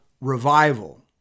Revival